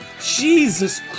Jesus